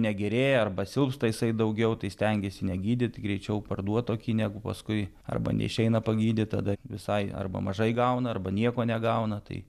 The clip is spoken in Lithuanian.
negerėja arba silpsta jisai daugiau tai stengiasi negydyt greičiau parduot tokį negu paskui arba neišeina pagydyt tada visai arba mažai gauna arba nieko negauna tai